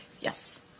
Yes